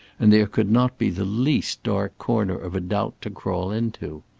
and there could not be the least dark corner of a doubt to crawl into.